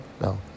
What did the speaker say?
No